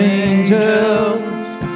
angels